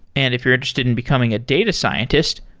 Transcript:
and if you're interested in becoming a data scientist,